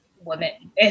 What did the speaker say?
women